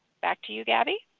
back to you gabby.